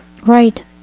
Right